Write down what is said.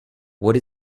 what